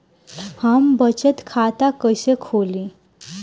हम बचत खाता कइसे खोलीं?